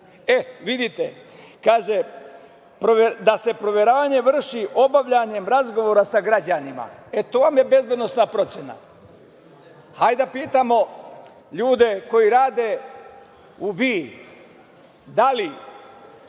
vidite, kaže – da se proveravanje vrši obavljanjem razgovora sa građanima. E, to vam je bezbednosna procena. Hajde da pitamo ljude koji rade u BIA da li